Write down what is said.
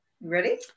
ready